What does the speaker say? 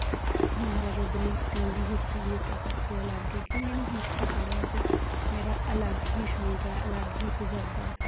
ਮਹਾਰਾਜਾ ਦਲੀਪ ਸਿੰਘ ਦੀ ਹਿਸਟਰੀ ਵੀ ਇੱਕ ਸਭ ਤੋਂ ਅਲੱਗ ਹੈ ਕਿਉਂ ਮੈਨੂੰ ਹਿਸਟਰੀ ਪੜ੍ਹਨ 'ਚ ਮੇਰਾ ਅਲੱਗ ਹੀ ਸ਼ੌਂਕ ਹੈ ਅਲੱਗ ਹੀ ਤਜਰਬਾ ਹੈ